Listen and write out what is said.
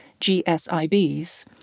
GSIBs